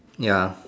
ya